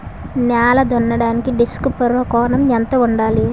నేల దున్నడానికి disc furrow కోణం ఎంత ఉండాలి?